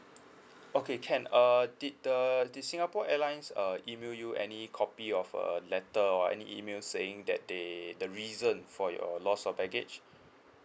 okay can err did the did singapore airlines uh email you any copy of a letter or any email saying that they the reason for your loss of baggage